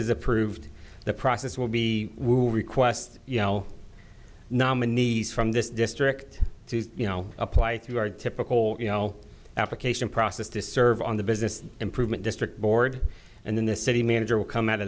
is approved the process will be request you know nominees from this district you know apply through our typical you know application process to serve on the business improvement district board and then the city manager will come